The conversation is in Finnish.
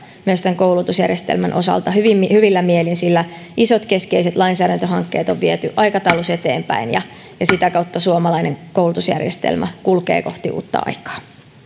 myös koulutusjärjestelmän osalta hyvillä mielin sillä isot keskeiset lainsäädäntöhankkeet on viety aikataulussa eteenpäin ja ja sitä kautta suomalainen koulutusjärjestelmä kulkee kohti uutta aikaa